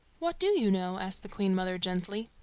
what do you know? asked the queen-mother gently.